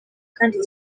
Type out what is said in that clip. kandi